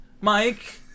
Mike